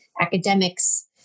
academics